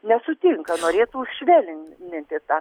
nesutinka norėtų švelninti tą